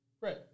right